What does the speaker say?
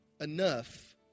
enough